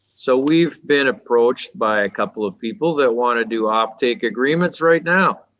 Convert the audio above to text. so we've been approached by a couple of people that want to do off take agreements right now.